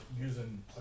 using